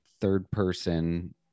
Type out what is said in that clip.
third-person